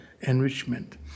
enrichment